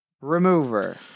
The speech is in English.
Remover